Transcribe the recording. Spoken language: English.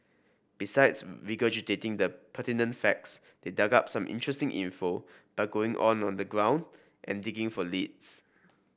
besides regurgitating the pertinent facts they dug up some interesting info by going on the ground and digging for leads